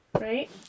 Right